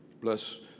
Bless